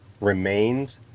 remains